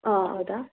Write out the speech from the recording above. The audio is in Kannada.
ಹಾಂ ಹೌದ